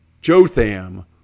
Jotham